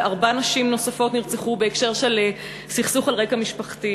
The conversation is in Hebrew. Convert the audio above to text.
וארבע נשים נוספות נרצחו בהקשר של סכסוך על רקע משפחתי.